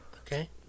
Okay